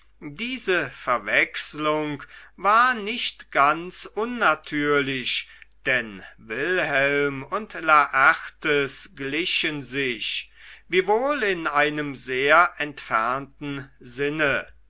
diese verwechslung war nicht ganz unnatürlich denn wilhelm und laertes glichen sich wiewohl in einem sehr entfernten sinne